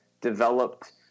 developed